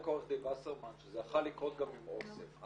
עורך דין וסרמן שזה יכול לקרות גם עם אוסם.